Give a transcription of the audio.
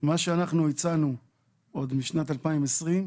מה שאנחנו הצענו עוד משנת 2020,